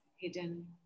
hidden